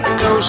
no